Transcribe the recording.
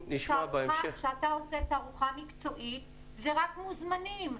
כשאתה עושה תערוכה מקצועית זה רק מוזמנים,